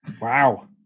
Wow